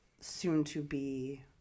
soon-to-be